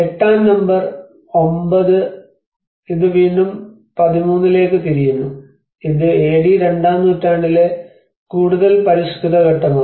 എട്ടാം നമ്പർ 9 ഇതും വീണ്ടും 13 ലേക്ക് തിരിയുന്നു ഇത് എ ഡി രണ്ടാം നൂറ്റാണ്ടിലെ കൂടുതൽ പരിഷ്കൃത ഘട്ടമാണ്